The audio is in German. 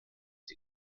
sie